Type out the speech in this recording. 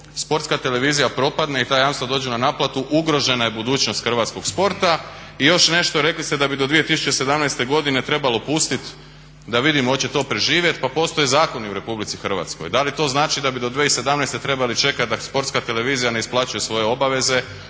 Sportska televizija propadne i ta jamstva dođu na naplatu ugrožena je budućnost hrvatskog sporta. I još nešto, rekli ste da bi do 2017.godine trebalo pustit da vidimo hoće li to preživjet. Pa postoje zakoni u RH, da li to znači da bi do 2017.trebali čekati da Sportska televizija ne isplaćuje svoje obaveze,